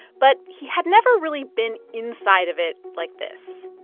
but he had never really been inside of it like this